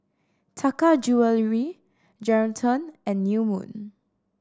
Taka Jewelry Geraldton and New Moon